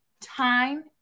time